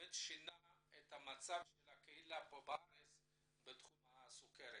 שינו את מצב הקהילה בארץ בתחום הסוכרת.